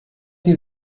die